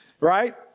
right